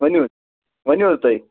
ؤنِو حظ ؤنِو حظ تُہۍ